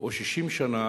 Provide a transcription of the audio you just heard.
או 60 שנה,